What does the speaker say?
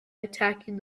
attacking